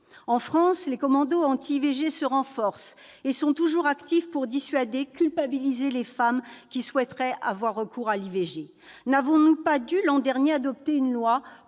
En France, les commandos anti-IVG se renforcent et sont toujours actifs pour dissuader, culpabiliser les femmes qui souhaiteraient avoir recours à l'IVG. N'avons-nous pas dû, l'an dernier, adopter une loi